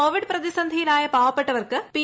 Covid പ്രതിസന്ധിയിലായ പാവപ്പെട്ടവർക്ക് P